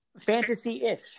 Fantasy-ish